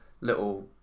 little